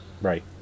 Right